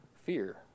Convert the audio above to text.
fear